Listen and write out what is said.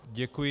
Děkuji.